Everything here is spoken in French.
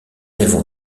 élèves